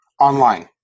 Online